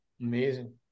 Amazing